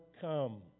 come